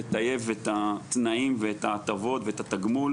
לטייב את התנאים וההטבות ואת התגמול